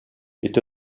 est